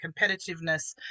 competitiveness